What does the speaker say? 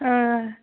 অঁ